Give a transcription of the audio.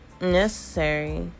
necessary